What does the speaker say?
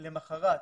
למוחרת,